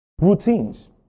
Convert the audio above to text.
Routines